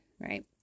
right